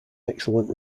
excellent